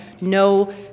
no